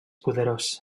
poderós